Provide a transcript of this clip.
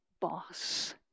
boss